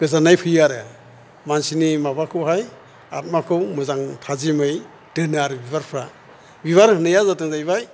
गोजोननाय फैयो आरो मानिसनि माबाखौहाय आथमाखौ मोजां थाजिमै दोनो आरो बिबारफ्रा बिबार होननाया गोदान जाहैबाय